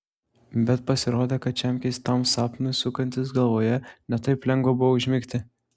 bet pasirodė kad šiam keistam sapnui sukantis galvoje ne taip lengva buvo užmigti